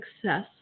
success